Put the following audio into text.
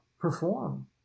perform